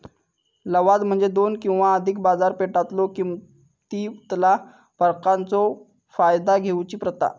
लवाद म्हणजे दोन किंवा अधिक बाजारपेठेतलो किमतीतला फरकाचो फायदा घेऊची प्रथा